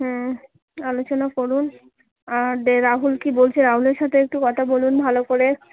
হুম আলোচনা করুন আর রাহুল কি বলছে রাহুলের সাথে একটু কথা বলুন ভালো করে